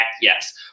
yes